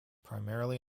primarily